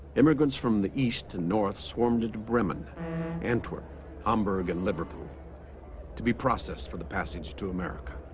immigrants from the east to north swarmed into bremen antwerp hamburg and liverpool to be processed for the passage to america